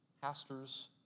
pastors